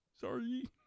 Sorry